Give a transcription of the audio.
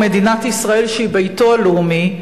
ומדינת ישראל שהיא ביתו הלאומי,